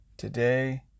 Today